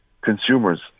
consumers